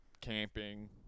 camping